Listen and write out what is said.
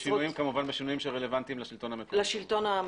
בשינויים שרלוונטיים לשלטון המקומי.